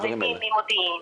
חרדים ממודיעין.